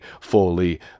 fully